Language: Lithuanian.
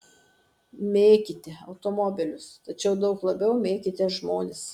mėkite automobilius tačiau daug labiau mėkite žmones